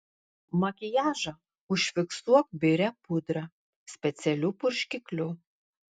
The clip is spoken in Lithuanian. makiažą užfiksuok biria pudra specialiu purškikliu